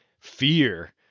fear